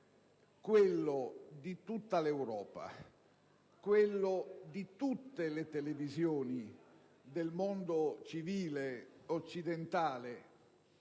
quello di tutta l'Europa, di tutte le televisioni del mondo civile, occidentale